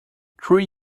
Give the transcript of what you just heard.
three